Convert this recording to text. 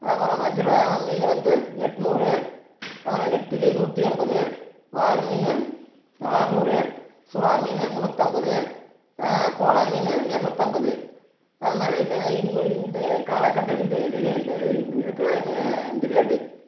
அப்புறம் வஞ்சிர மீன் வந்து எட்நூறு அப்புறம் நெத்திலி நூற்றி எண்பது வாள் மீன் ஆறுநூறு சுறா மீன் முன்னூற்றம்பது கோலா மீன் இரநூத்தம்பது அது மாதிரி இந்த இன்னு இந்த காலகட்டு இதுலே லே இந்த இதுக்கு மே இந்த ரேட்டு